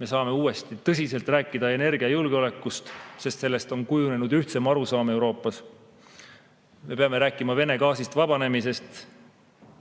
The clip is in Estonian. Me saame uuesti tõsiselt rääkida energiajulgeolekust, sest sellest on kujunenud ühtsem arusaam Euroopas. Me peame rääkima Vene gaasist vabanemisest,